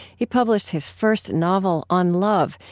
he published his first novel, on love,